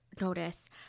notice